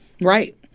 Right